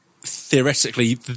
theoretically